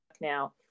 now